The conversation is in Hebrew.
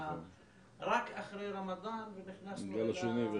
רק אחרי הרמדאן נכנסנו --- בגל השני.